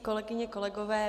Kolegyně, kolegové.